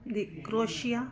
ਦੀ ਕਰੋਸ਼ੀਆ